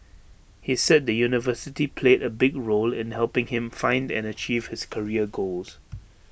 he said the university played A big role in helping him find and achieve his career goals